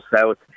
south